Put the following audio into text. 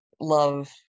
love